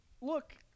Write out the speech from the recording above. look –